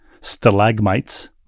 Stalagmites